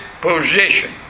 position